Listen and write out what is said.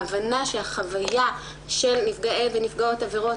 ההבנה שהחוויה של נפגעי ונפגעות עבירות